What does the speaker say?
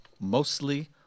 Mostly